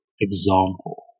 example